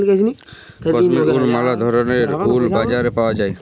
Kashmir wool ম্যালা ধরলের wool বাজারে পাউয়া যায়